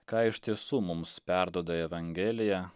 ką iš tiesų mums perduoda evangelija